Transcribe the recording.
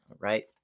Right